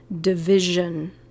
division